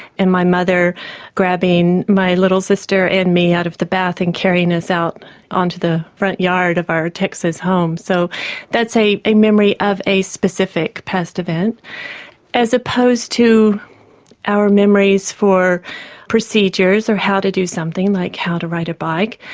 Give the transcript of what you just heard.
and my mother grabbing my little sister and me out of the bath and carrying us out on to the front yard of our texas home. so that's a a memory of a specific past event as opposed to our memories for procedures, or how to do something, like how to ride a bike,